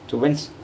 so when's